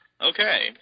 Okay